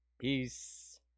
Peace